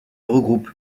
regroupe